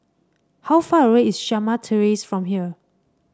how far away is Shamah Terrace from here